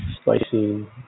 Spicy